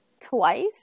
twice